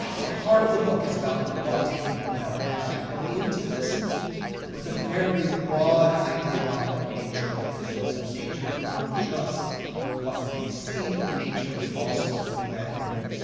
so part of the book is about what did people know, and i go into this with a fairly broad idea about what nature is. and so nature is not just what you can see, but nature is also, in the way i think of it,